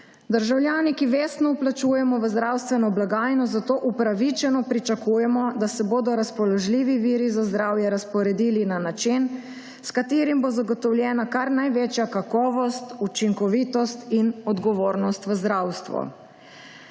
Državljani, ki vestno vplačujemo v zdravstveno blagajno, zato upravičeno pričakujemo, da se bodo razpoložljivi viri za zdravje razporedili na način, s katerim bo zagotovljena kar največja kakovost, učinkovitost in odgovornost v zdravstvu.